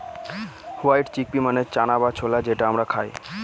white chickpea মানে চানা বা ছোলা যেটা আমরা খায়